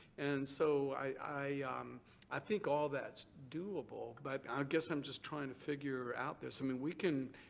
and so i ah um i think all that's doable, but i ah guess i'm just trying to figure out this. i mean we can.